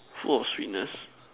full of sweetness